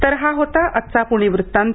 तर हा होता आजचा पूणे वृत्तांत